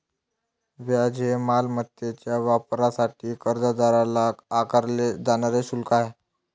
व्याज हे मालमत्तेच्या वापरासाठी कर्जदाराला आकारले जाणारे शुल्क आहे